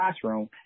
classroom